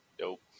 Nope